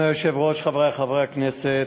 אדוני היושב-ראש, חברי חברי הכנסת,